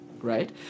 right